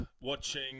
watching